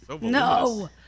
No